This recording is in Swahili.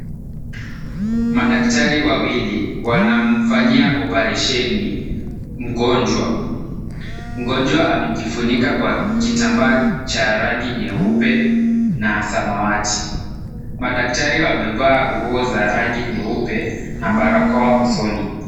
Madaktari wawili wanamfanyia oparesheni mgonjwa. Mgonjwa amejifunika kwa kitambaa cha rangi nyeupe na samawati. Madaktari wamevaa nguo za rangi nyeupe na barakoa usoni.